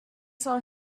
saw